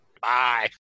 Bye